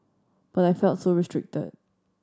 but I felt so restricted